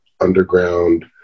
underground